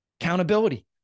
accountability